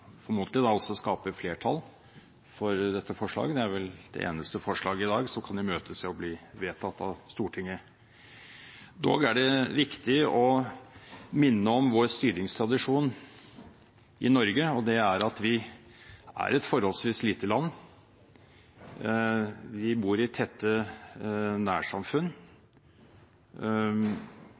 for dette forslaget. Det er vel det eneste forslaget i dag som kan imøtese å bli vedtatt av Stortinget. Dog er det riktig å minne om vår styringstradisjon i Norge. Vi er et forholdsvis lite land, vi bor i tette nærsamfunn,